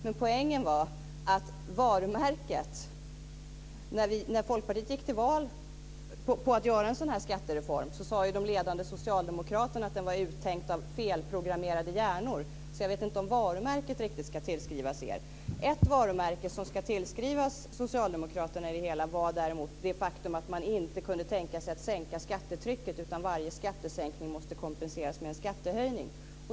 Men poängen är att när Folkpartiet gick till val på att göra denna skattereform sade de ledande socialdemokraterna att den var uttänkt av felprogrammerade hjärnor, så jag vet inte riktigt om varumärket ska tillskrivas er. Ett varumärke som ska tillskrivas socialdemokraterna är däremot det faktum att man inte kunde tänka sig att sänka skattetrycket, utan varje skattesänkning måste kompenseras med en skattehöjning.